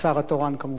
והשר התורן, כמובן.